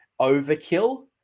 overkill